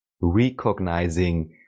recognizing